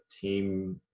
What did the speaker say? team